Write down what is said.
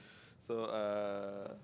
so uh